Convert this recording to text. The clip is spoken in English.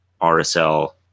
RSL